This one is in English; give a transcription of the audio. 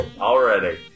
already